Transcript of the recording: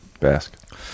Basque